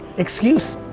excuse.